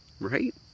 right